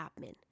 admin